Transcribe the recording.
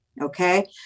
okay